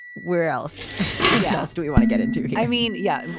where else else do you want to get into? i mean, yeah,